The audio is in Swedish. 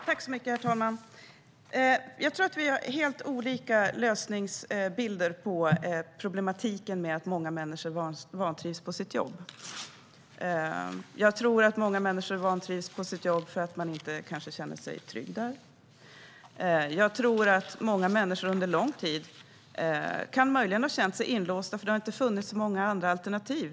Herr talman! Jag tror att vi har helt olika bilder av lösningen på problematiken med att många människor vantrivs på sitt jobb. Jag tror att många människor vantrivs på sitt jobb för att de inte känner sig trygga där. Jag tror att många människor under lång tid möjligen kan ha känt sig inlåsta eftersom det inte har funnits så många andra alternativ.